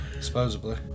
supposedly